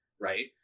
right